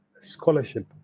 scholarship